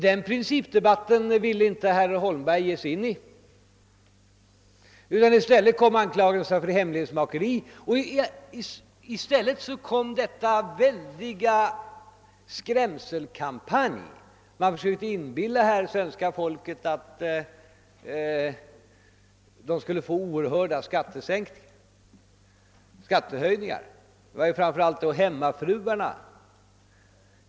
Den principdebatten ville inte herr Holmberg ge sig in på, utan i stället kom han med anklagelser om hemlighetsmakeri och den väldiga skrämselkampanj med vilken man försökte inbilla det svenska folket att det skulle bli oerhörda skattehöjningar, framför allt då för hemmafruarna.